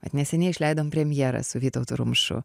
vat neseniai išleidom premjerą su vytautu rumšu